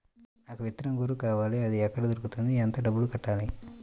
నాకు విత్తనం గొర్రు కావాలి? అది ఎక్కడ దొరుకుతుంది? ఎంత డబ్బులు కట్టాలి?